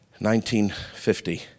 1950